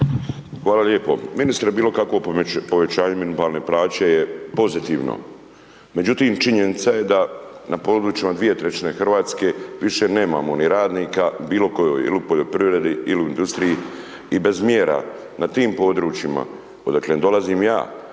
Hvala lijepo. Ministre bilo kakvo povećanje minimalne plaće je pozitivno. Međutim činjenica je da na područjima dvije trećine Hrvatske više nemamo ni radnika u bilo kojoj ili u poljoprivredi ili u industriji i bez mjera na tim područjima odakle dolazim ja,